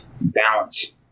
balance